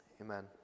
amen